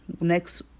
next